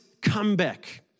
Comeback